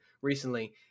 recently